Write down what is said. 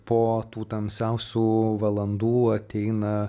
po tų tamsiausių valandų ateina